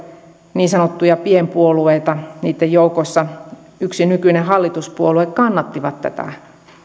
niin sanottuja pienpuolueita niitten joukossa yksi nykyinen hallituspuolue kannatti tätä